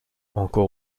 encore